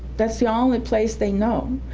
that's the only place they know.